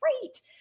great